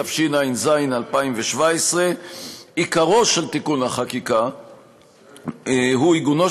התשע"ז 2017. עיקרו של תיקון החקיקה הוא עיגונו